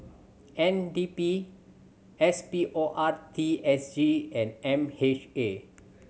N D P S P O R T S G and M H A